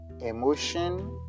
emotion